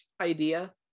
idea